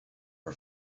her